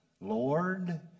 Lord